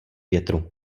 větru